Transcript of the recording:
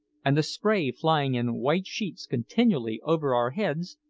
and the spray flying in white sheets continually over our heads,